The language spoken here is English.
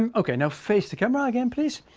um okay. now face the camera again, please.